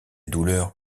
douleur